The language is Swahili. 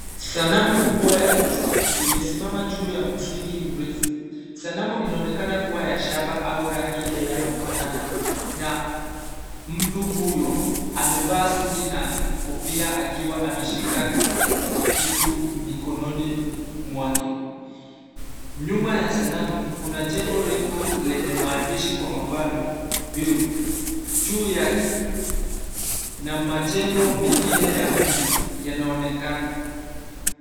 Sanamu kubwa ya mtu imesimama juu ya misingi mrefu. Sanamu inaonekana kuwa ya shaba au rangi inayofanana na mtu huyo amevaa suti na kofia akiwa ameshika kitu mikononi mwake. Nyuma ya sanamu kuna jengo refu lenye maandishi kwa mabano bureau juu yake, na majengo mengine ya mji yanaonekana.